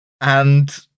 And-